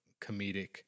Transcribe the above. comedic